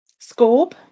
Scorb